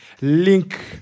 Link